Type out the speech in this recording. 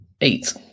Eight